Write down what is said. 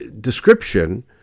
description